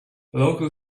local